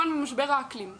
המלצתי גם למשרד האנרגיה וגם